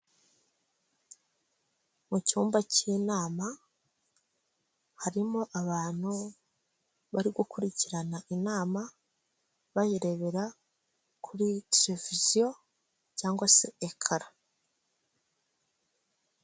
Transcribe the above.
Mu cyumba cy'inama, harimo abantu bari gukurikirana inama bayirebera kuri tereviziyo cyangwa se ekara.